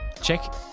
check